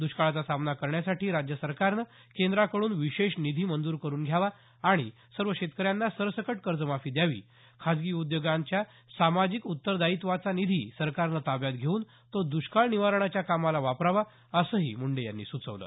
दुष्काळाचा सामना करण्यासाठी राज्य सरकारनं केंद्राकडून विशेष निधी मंजूर करून घ्यावा आणि सर्व शेतकऱ्यांना सरसकट कर्जमाफी द्यावी खाजगी उद्योगांच्या सामाजिक उत्तरदायित्वाचा निधी सरकारनं ताब्यात घेऊन तो द्ष्काळ निवारणाच्या कामाला वापरावा असंही मुंडे यांनी सुचवलं